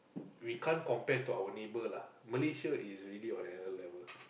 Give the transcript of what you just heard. we can't compare to our neighbour lah Malaysia is really on another level